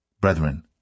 Brethren